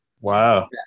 wow